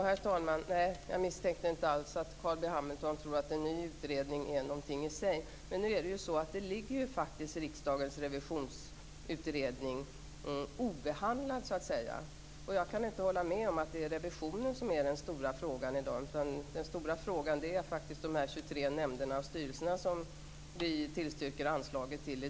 Herr talman! Nej, jag misstänkte inte alls att Carl B Hamilton tror att en ny utredning är någonting i sig. Men nu ligger faktiskt riksdagens revisionsutredning obehandlad, så att säga. Jag kan inte heller hålla med om att det är revisionen som är den stora frågan i dag. Den stora frågan är faktiskt de 23 nämnder och styrelser som vi i dag tillstyrker anslag till.